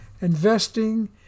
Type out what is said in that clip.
Investing